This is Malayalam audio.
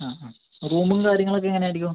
ആ ആ റൂമും കാര്യങ്ങളൊക്കെ എങ്ങനെയായിരിക്കും